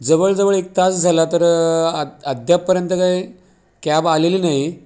जवळजवळ एक तास झाला तर अद्यापपर्यंत काही कॅब आलेली नाही